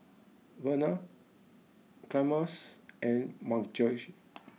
Verner Chalmers and Margy